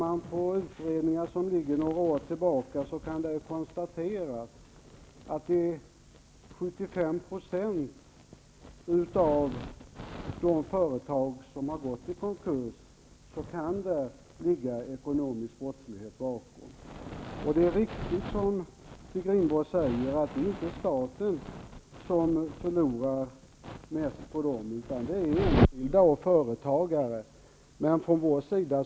Av utredningar gjorda för några år sedan framgår att det kan ligga ekonomisk brottslighet bakom 75 % av de företag som har gått i konkurs. Det är riktigt, som Stig Rindborg säger, att det inte är staten som förlorar mest på dem utan företagare och enskilda personer.